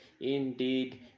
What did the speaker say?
indeed